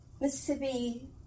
Mississippi